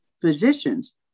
physicians